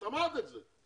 את אמרת את זה.